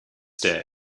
day